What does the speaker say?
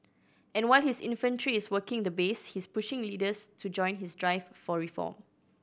and while his infantry is working the base he's pushing leaders to join his drive for reform